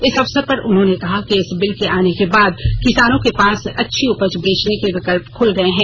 इस अवसर पर उन्होंने कहा कि इस बिल के आने के बाद किसानों के पास अपनी उपज बेचने के विकल्प खुल गए हैं